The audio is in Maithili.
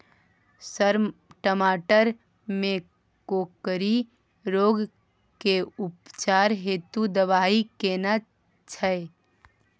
सर टमाटर में कोकरि रोग के उपचार हेतु दवाई केना छैय?